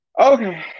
Okay